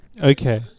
Okay